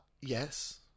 yes